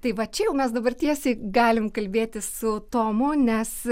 tai va čia jau mes dabar tiesiai galim kalbėti su tomu nes